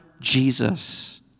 Jesus